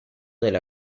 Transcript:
della